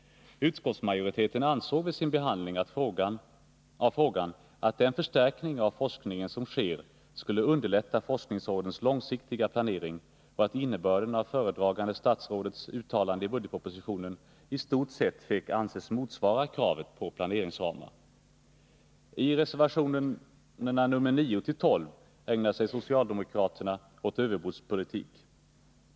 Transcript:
Utskottsmajoriteten ansåg vid sin behandling av frågan att den förstärkning av forskningen som sker skulle underlätta forskningsrådens långsiktiga planering och att innebörden av föredragande statsrådets uttalande i I reservationerna 9-12 ägnar sig socialdemokraterna åt överbudspolitik.